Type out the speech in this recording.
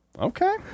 Okay